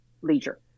leisure